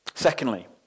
Secondly